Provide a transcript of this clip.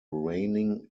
reigning